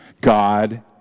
God